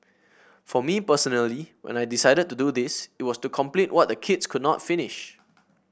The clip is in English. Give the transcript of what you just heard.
for me personally when I decided to do this it was to complete what the kids could not finish